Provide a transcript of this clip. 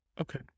Okay